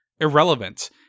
irrelevant